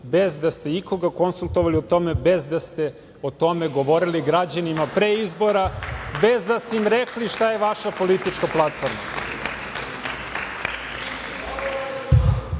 bez da ste ikoga konsultovali o tome, bez da ste o tome govorili građanima pre izbora, bez da ste im rekli šta je vaša politička platforma. Platforma